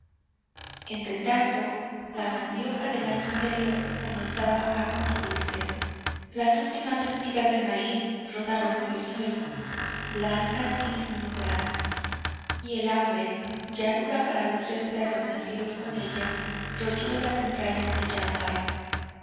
enseñanza entretanto la mandioca del año anterior comenzaba a concluirse las últimas espigas de maíz rodaron por el suelo blancas y sin un grano y el hambre ya dura para los tres perros nacidos con ella royó las entrañas de